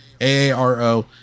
AARO